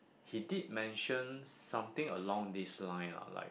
he did mention something along this line lah like